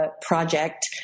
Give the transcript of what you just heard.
project